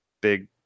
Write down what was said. big